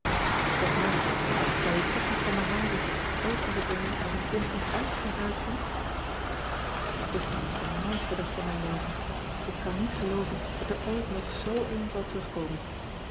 eg mantie zou jij toch nog van me houden ook als ik er nu als een kind van elf ging uitzien isteren was de mooiste dag van mijn leven k kan niet gelooven dat er ooit nog z een zal terugkomen